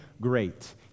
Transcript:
great